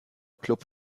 club